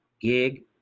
gig